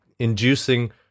inducing